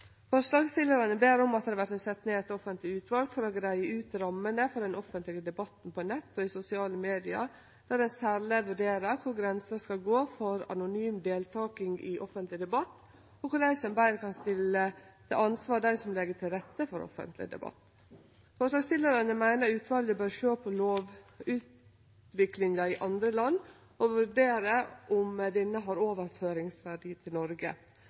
Forslagsstillarane ber om at det vert sett ned eit offentleg utval for å greie ut rammene for den offentlege debatten på nett og i sosiale media, der ein særleg vurderer kvar grensa skal gå for anonym deltaking i offentleg debatt, og korleis ein betre kan stille til ansvar dei som legg til rette for offentleg debatt. Forslagsstillarane meiner utvalet bør sjå på lovutviklinga i andre land og vurdere om denne har overføringsverdi til Noreg.